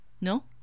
No